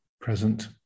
present